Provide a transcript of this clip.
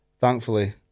thankfully